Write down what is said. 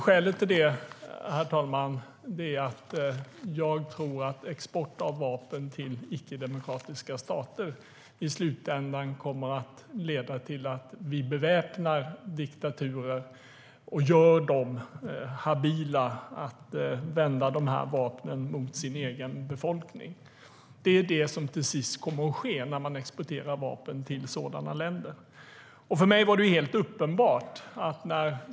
Skälet till det, herr talman, är att jag tror att export av vapen till icke-demokratiska stater i slutändan kommer att leda till att vi beväpnar diktaturer och gör dem habila att vända vapnen mot sin egen befolkning. Det är precis det som till sist kommer att ske när man exporterar vapen till sådana länder.